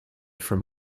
from